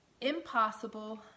impossible